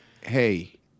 hey